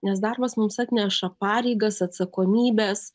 nes darbas mums atneša pareigas atsakomybes